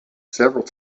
several